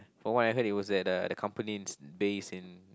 from what I heard it was at uh the company's base in